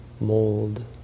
mold